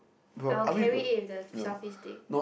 I will carry it with the selfie stick